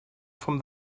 from